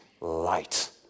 light